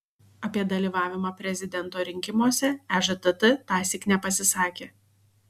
apie dalyvavimą prezidento rinkimuose ežtt tąsyk nepasisakė